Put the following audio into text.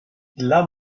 dla